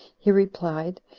he replied,